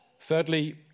Thirdly